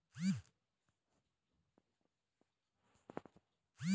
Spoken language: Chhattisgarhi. आज के बेरा म तो मनखे के जरुरत के हिसाब ले बरोबर पइसा के जुगाड़ तो कतको जघा ले होइ जाथे